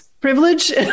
privilege